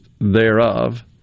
thereof